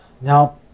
Now